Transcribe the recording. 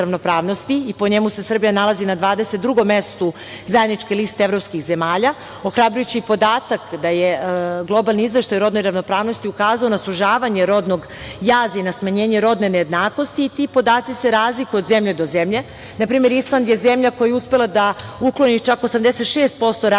i po njemu se Srbija nalazi na 22. mestu zajedničke liste evropskih zemalja. Ohrabrujući je i podatak da je globalni Izveštaj o rodnoj ravnopravnosti ukazao na sužavanje rodnog jaza i na smanjenje rodne nejednakosti. Ti podaci se razlikuju od zemlje do zemlje. Na primer, Island je zemlja koja je uspela da ukloni čak 86% razlike